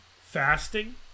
fasting